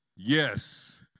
Yes